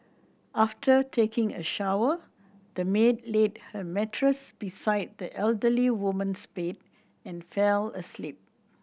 after taking a shower the maid laid her mattress beside the elderly woman's bed and fell asleep